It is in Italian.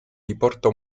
riporta